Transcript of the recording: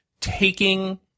taking